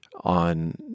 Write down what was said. on